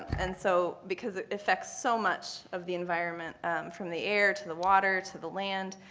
and so because it affects so much of the environment from the air to the water to the land.